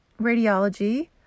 radiology